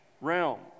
realm